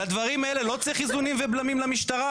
לדברים האלה לא צריך איזונים ובלמים למשטרה?